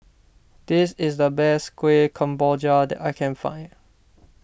this is the best Kuih Kemboja that I can find